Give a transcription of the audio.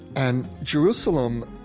and jerusalem,